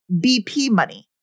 bpmoney